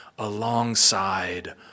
alongside